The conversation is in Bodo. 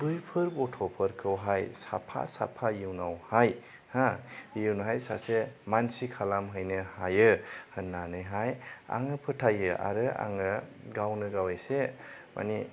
बैफोर गथ'फोरखौहाय साफा साफा इयुनावहाय हो इयुनावहाय सासे मानसि खालाम हैनो हायो होनानैहाय आङो फोथायो आरो आङो गावनो गाव एसे माने